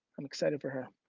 i'm excited for her.